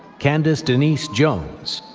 candice denise jones.